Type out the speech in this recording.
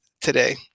today